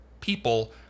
people